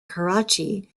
karachi